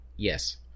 Yes